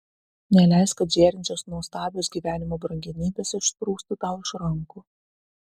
neleisk kad žėrinčios nuostabios gyvenimo brangenybės išsprūstų tau iš rankų